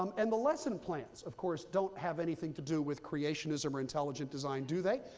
um and the lesson plans, of course, don't have anything to do with creationism or intelligent design, do they?